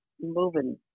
moving